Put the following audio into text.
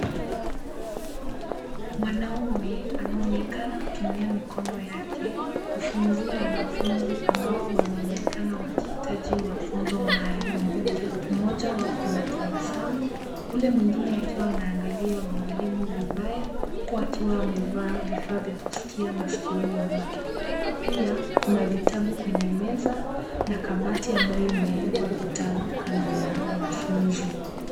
Mwanamume anaonekana kutumia mikono yake kufunzia wanafunzi ambao wanaonekana wakihitaji mafunzo maalum. Mmoja wao anabasamu, ule mwingine akiwa anaangalia mwalimu vibaya huku akiwa amevaa vifaa vya kusikia masikioni mwake. Pia kuna vitabu kwenye meza na kabati ambayo imewekwa vitabu kando ya wanafunzi.